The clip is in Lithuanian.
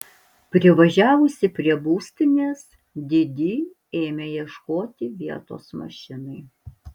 privažiavusi prie būstinės didi ėmė ieškoti vietos mašinai